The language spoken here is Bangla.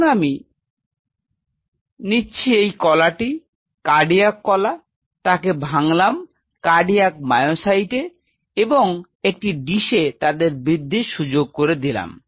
এখন আমি নিচ্ছি এই কলাটি কার্ডিয়াক কলা তাকে ভাঙলাম কার্ডিয়াক মায়োসাইটে এবং একটি ডিশে তাদের বৃদ্ধির সুযোগ করে দিলাম